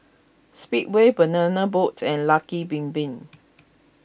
Speedway Banana Boat and Lucky Bin Bin